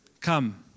come